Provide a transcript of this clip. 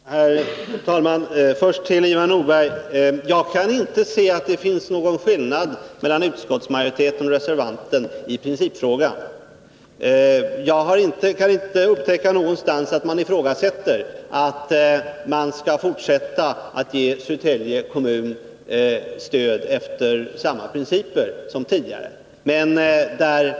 Herr talman! Först till Ivar Nordberg: Jag kan inte se att det finns någon skillnad mellan utskottsmajoritetens och reservanternas uppfattning i principfrågan. Jag kan inte någonstans upptäcka att man ifrågasätter att stöd till Södertälje skall fortsätta utgå efter samma principer som tidigare.